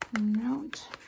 note